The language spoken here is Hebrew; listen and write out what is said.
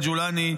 אל-ג'ולאני,